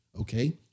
Okay